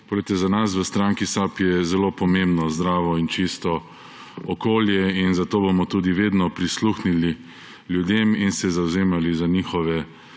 mojem imenu! Za nas v stranki SAB je zelo pomembno zdravo in čisto okolje in zato bomo tudi vedno prisluhnili ljudem in se zavzemali za njihove